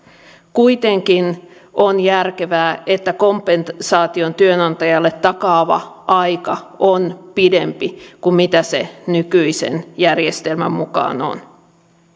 kuitenkin on järkevää että kompensaation työnantajalle takaava aika on pidempi kuin mitä se nykyisen järjestelmän mukaan on